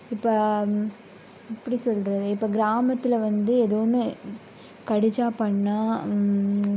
இப்போ எப்படி சொல்வது இப்போ கிராமத்தில் வந்து எதுவுமே கடித்தா பண்ணா